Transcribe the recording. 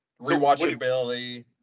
Rewatchability